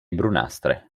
brunastre